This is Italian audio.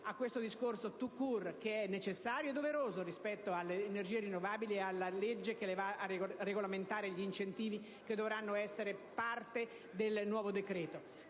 a questo discorso *tout court*, necessario e doveroso rispetto alle energie rinnovabili ed alla legge che dovrà regolamentare gli incentivi che dovranno essere parte del nuovo decreto,